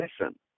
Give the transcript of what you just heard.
Listen